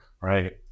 right